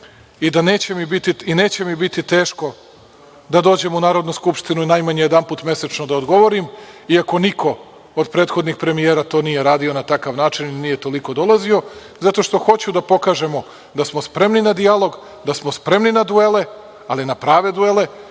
i da mi neće biti teško da dođem u Narodnu skupštinu najmanje jedanput mesečno da odgovorim, iako niko od prethodnih premijera to nije radio na takav način i nije toliko dolazio. Zato što hoću da pokažemo da smo spremni na dijalog, da smo spremni na duele, ali na prave duele